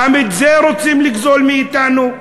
גם את זה רוצים לגזול מאתנו.